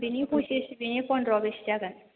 बिनि फचिस बिनि फनद्र' बेसे जागोन